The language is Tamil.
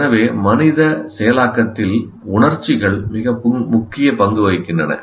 எனவே மனித செயலாக்கத்தில் உணர்ச்சிகள் மிக முக்கிய பங்கு வகிக்கின்றன